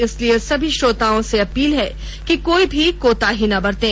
इसलिए सभी श्रोताओं से अपील है कि कोई भी कोताही ना बरतें